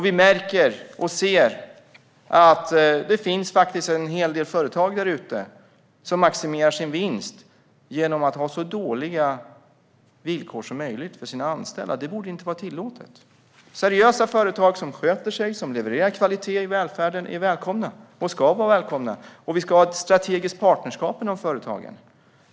Vi ser att det faktiskt finns en hel del företag där ute som maximerar sin vinst genom att ha så dåliga villkor som möjligt för sina anställda. Det borde inte vara tillåtet. Seriösa företag som sköter sig och som levererar kvalitet i välfärden är välkomna och ska vara välkomna, och vi ska ha ett strategiskt partnerskap med dessa företag.